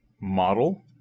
Model